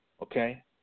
Okay